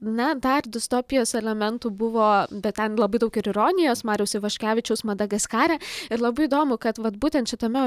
na dar distopijos elementų buvo bet ten labai daug ir ironijos mariaus ivaškevičiaus madagaskare ir labai įdomu kad vat būtent šitame